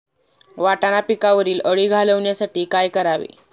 वाटाणा पिकावरील अळी घालवण्यासाठी काय करावे?